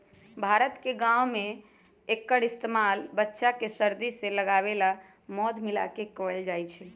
भारत के गाँव में एक्कर इस्तेमाल बच्चा के सर्दी से बचावे ला मध मिलाके कएल जाई छई